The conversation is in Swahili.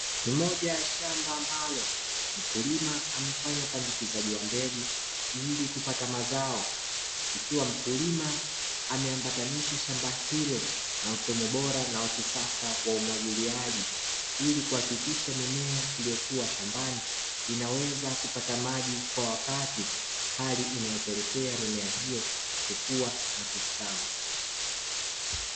Ni moja ya shamba ambalo mkulima amefanya upandikizaji wa mbegu, ili kupata mazao, ikiwa mkulima ameambatanisha shamba hilo na mfumo bora na wa kisasa wa umwagiliaji, ili kuhakikisha mimea iliyokuwa shambani inaweza kupata maji kwa wakati, hali inayopelekea mimea hiyo kukua na kustawi.